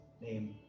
name